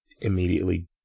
immediately